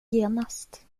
genast